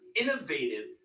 innovative